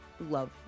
love